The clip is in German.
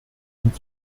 und